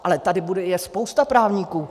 Ale tady je spousta právníků.